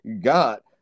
got